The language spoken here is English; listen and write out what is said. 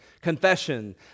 confession